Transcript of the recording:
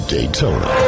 Daytona